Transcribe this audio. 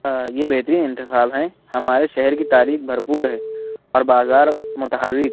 ہاں یہ بہترین انتخاب ہیں ہمارے شہر کی تاریخ بھرپور ہے اور بازار متحرک